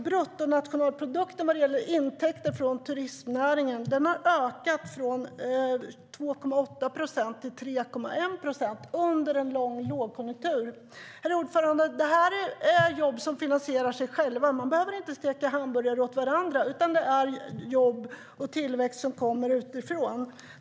Bruttonationalprodukten vad gäller intäkter från turistnäringen har ökat från 2,8 procent till 3,1 procent under en lång lågkonjunktur. Herr talman! Det här är jobb som finansierar sig själva. Man behöver inte steka hamburgare åt varandra, utan det är jobb och tillväxt som kommer utifrån.